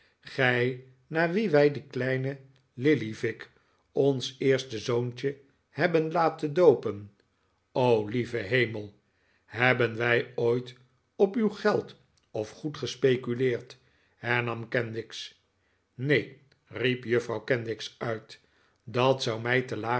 gij naar wien wij dien kleinen lillyvick ons eerste zoontje hebben laten doopen o lieve hemel hebben wij ooit op uw geld of goed gespeculeerd hernam kenwigs neen riep juffrouw kenwigs uitf dat zou mij te laag